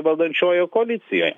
valdančiojoje koalicijoj